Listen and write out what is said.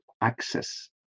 access